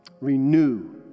Renew